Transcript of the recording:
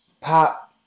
pop